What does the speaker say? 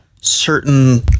certain